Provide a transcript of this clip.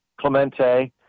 Clemente